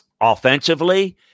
Offensively